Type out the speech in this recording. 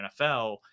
NFL